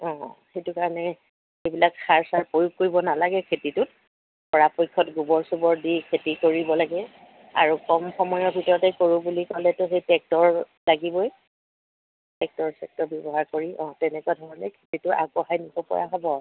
অঁ সেইটো কাৰণে সেইবিলাক সাৰ চাৰ প্ৰয়োগ কৰিব নালাগে খেতিটোত পৰাপক্ষত গোবৰ চোবৰ দি খেতি কৰিব লাগে আৰু কম সময়ৰ ভিতৰতে কৰোঁ বুলি ক'লেতো সেই টেক্টৰ লাগিবই টেক্টৰ চেক্টৰ ব্যৱহাৰ কৰি অঁ তেনেকুৱা ধৰণে খেতিটো আগবঢ়াই নিবপৰা হ'ব আৰু